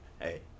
hey